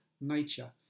nature